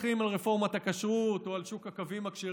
וגם אם מתווכחים על רפורמת הכשרות או על שוק הקווים הכשרים,